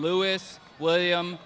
louis william